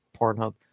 Pornhub